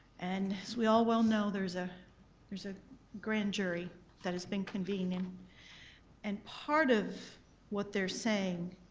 and as we all well know, there's ah there's a grand jury that has been convened um and part of what they're saying,